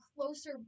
closer